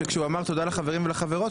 שכשהוא אמר תודה לחברים ולחברות,